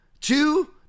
two